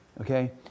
Okay